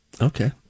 Okay